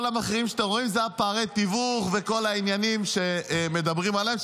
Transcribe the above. כל המחירים שאתם רואים זה פערי התיווך וכל העניינים שמדברים עליהם,